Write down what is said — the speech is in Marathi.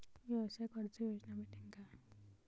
व्यवसाय कर्ज योजना भेटेन का?